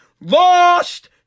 Lost